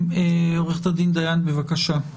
עורכת דין דיין, בבקשה.